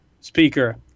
speaker